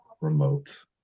Remote